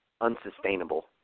unsustainable